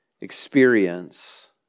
experience